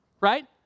right